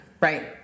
Right